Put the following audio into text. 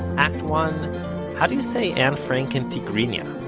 act one how do you say anne frank in tigrinya?